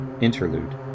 Interlude